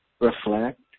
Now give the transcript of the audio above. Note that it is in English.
reflect